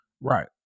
Right